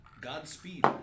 Godspeed